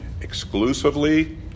exclusively